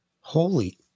holy